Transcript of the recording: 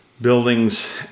buildings